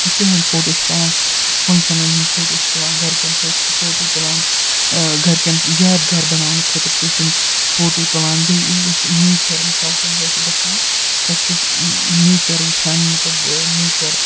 تِہُنٛد فوٹو چھِ تُلان فَنٛگشَنَن ہٕنٛدۍ فوٹو چھِ تُلان گَرِکٮ۪ن سۭتۍ چھِ فوٹو تُلان گَرِکٮ۪ن یادگار بَناونہٕ خٲطرٕ چھِ أسۍ یِم فوٹو تُلان بیٚیہِ ییٚلہِ أسۍ نیٚچَر مِثال کُنہِ جایہِ چھِ گژھان تَتہِ چھِ أسۍ نیٚچَر وُچھان مطلب نیٚچَر